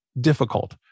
difficult